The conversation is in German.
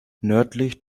nördlich